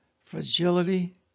fragility